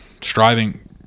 striving